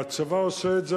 והצבא עושה את זה,